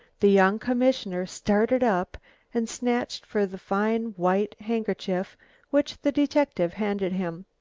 the young commissioner started up and snatched for the fine white handkerchief which the detective handed him.